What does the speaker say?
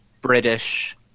British